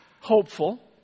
hopeful